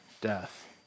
death